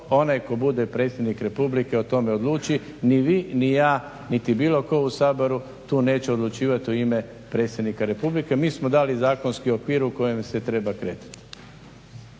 onaj tko bude predsjednik Republike o tome odluči. Ni vi ni ja niti bilo tko u Saboru tu neće odlučivati u ime predsjednika Republike. Mi smo dali zakonski okvir u kojem se treba kretati.